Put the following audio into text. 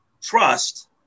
trust